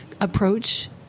approach